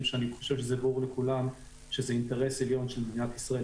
שאני חושב שזה ברור לכולם שזה אינטרס עליון של מדינת ישראל,